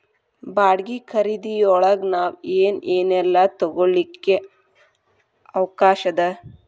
ಬಾಡ್ಗಿ ಖರಿದಿಯೊಳಗ್ ನಾವ್ ಏನ್ ಏನೇಲ್ಲಾ ತಗೊಳಿಕ್ಕೆ ಅವ್ಕಾಷದ?